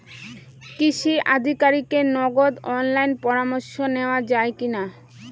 কৃষি আধিকারিকের নগদ অনলাইন পরামর্শ নেওয়া যায় কি না?